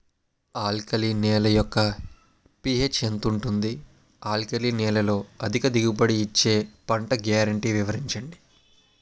Alkali నేల యెక్క pH ఎంత ఉంటుంది? ఆల్కలి నేలలో అధిక దిగుబడి ఇచ్చే పంట గ్యారంటీ వివరించండి?